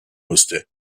musste